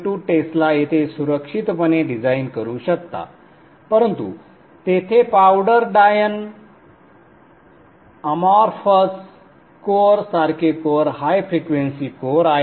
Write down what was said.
2 Tesla येथे सुरक्षितपणे design करू शकता परंतु तेथे पावडर डायन अमोर्फस कोअर सारखे कोअर हाय फ्रिक्वेंसी कोअर आहेत